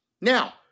Now